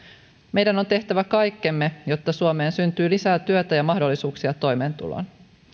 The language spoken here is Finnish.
meidän on tehtävä kaikkemme jotta suomeen syntyy lisää työtä ja mahdollisuuksia toimeentuloon